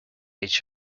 each